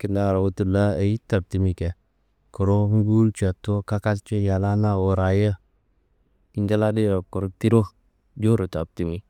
kintawu tulla ayi taptimi kia? Kuru nguwul cettu kakalcu yallana wuraye jiladei kuru tiro, jowuro taptimi.